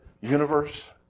universe